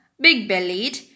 big-bellied